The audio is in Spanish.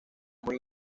muy